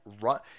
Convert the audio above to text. run